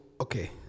okay